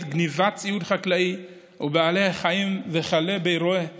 וגנבת ציוד חקלאי ובעלי חיים, וכלה באירועי